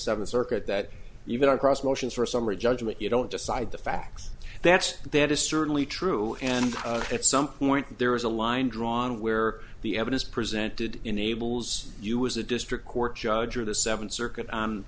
seventh circuit that even across motions or summary judgment you don't decide the facts that's that is certainly true and at some point there is a law drawn where the evidence presented enables you as a district court judge or the seventh circuit